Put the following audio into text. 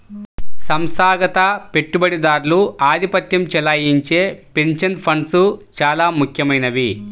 సంస్థాగత పెట్టుబడిదారులు ఆధిపత్యం చెలాయించే పెన్షన్ ఫండ్స్ చాలా ముఖ్యమైనవి